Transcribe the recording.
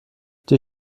dir